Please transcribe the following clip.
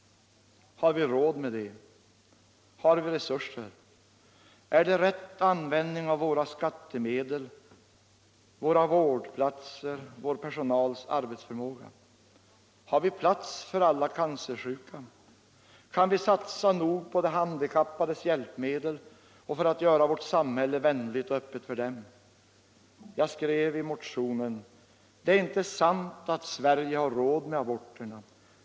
Har vi råd med det? Har vi resurser? Är det en riktig användning av våra skattemedel, våra vårdplatser, vårdpersonalens arbetsförmåga? Har vi plats för alla cancersjuka? Kan vi satsa nog på de handikappades hjälpmedel och för att göra vårt samhälle vänligt och öppet för dem? Jag skrev i motionen vidare: "Det är inte sant att Sverige har råd med aborterna.